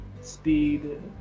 speed